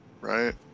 right